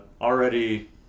already